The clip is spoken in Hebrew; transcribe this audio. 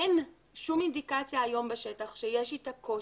אין שום אינדיקציה היום בשטח שיש איתה קושי,